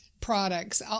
products